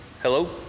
Hello